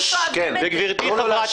מאיפה שואבים את זה?